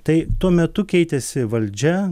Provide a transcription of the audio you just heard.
tai tuo metu keitėsi valdžia